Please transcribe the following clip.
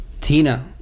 Tina